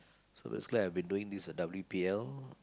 so this guy has been doing W_P_L